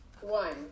one